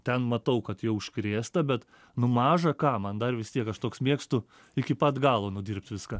ten matau kad jau užkrėsta bet nu maža ką man dar vis tiek aš toks mėgstu iki pat galo nudirbt viską